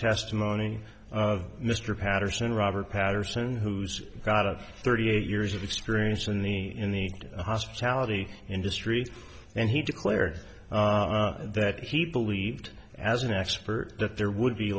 testimony of mr patterson robert patterson who's got a thirty eight years of experience in the in the hospitality industry and he declared that he believed as an expert that there would be